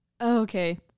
Okay